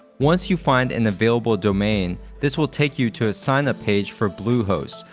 once you find an available domain, this will take you to a sign up page for bluehost,